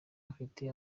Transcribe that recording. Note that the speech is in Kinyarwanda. afite